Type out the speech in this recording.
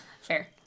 Fair